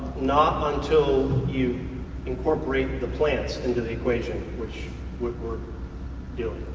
not until you incorporate the plants into the equation which we're doing.